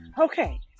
Okay